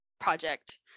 project